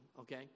okay